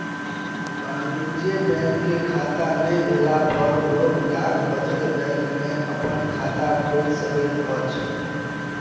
वाणिज्य बैंक के खाता नै भेला पर लोक डाक बचत बैंक में अपन खाता खोइल सकैत अछि